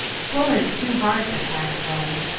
floor is too hard for tired bones.